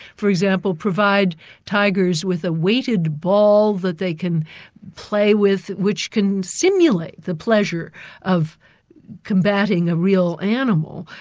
for example, provide tigers with a weighted ball that they can play with, which can simulate the pleasure of combating a real animal,